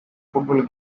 football